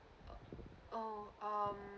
oh um